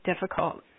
difficult